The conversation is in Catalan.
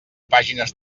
pàgines